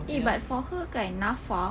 eh but for her kan NAFA